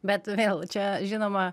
bet vėl čia žinoma